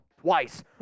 twice